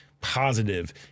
positive